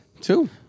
two